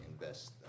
invest